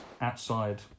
outside